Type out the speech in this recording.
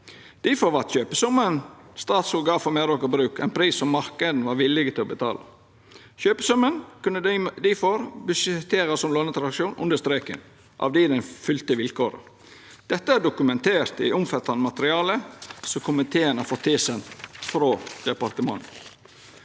Difor vart kjøpesummen Statskog gav for Meraker Brug, ein pris marknaden var villig til å betala. Kjøpesummen kunne difor budsjetterast som lånetransaksjon under streken, av di den følgde vilkåra. Dette er dokumentert i omfattande materiale som komiteen har fått tilsend frå departementet.